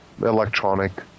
electronic